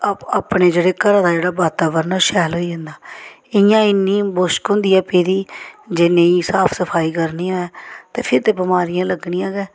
अपने जेह्ड़े घरा दा जेह्ड़ा वातावरण ऐ ओह् शैल होई जंदा इ'यां इन्नी मुश्क होंदी ऐ पेदी जे नेईं साफ सफाई करनी होऐ ते फिर ते बमारियां लग्गनियां गै